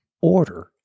order